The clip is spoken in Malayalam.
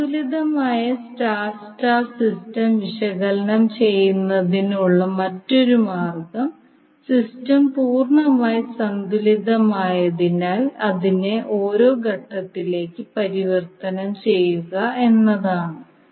സമതുലിതമായ സ്റ്റാർ സ്റ്റാർ സിസ്റ്റം വിശകലനം ചെയ്യുന്നതിനുള്ള മറ്റൊരു മാർഗ്ഗം സിസ്റ്റം പൂർണ്ണമായും സന്തുലിതമായതിനാൽ അതിനെ ഓരോ ഘട്ടത്തിലേക്ക് പരിവർത്തനം ചെയ്യുക എന്നതാണ്